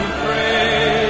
pray